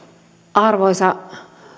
arvoisa